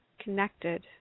connected